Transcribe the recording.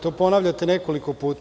To ponavljate nekoliko puta.